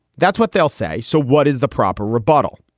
that's what they'll say. so what is the proper rebuttal?